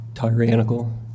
tyrannical